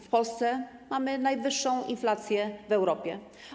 W Polsce mamy najwyższą inflację w Europie.